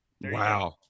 wow